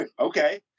Okay